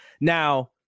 Now